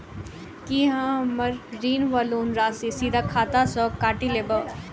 की अहाँ हम्मर ऋण वा लोन राशि सीधा खाता सँ काटि लेबऽ?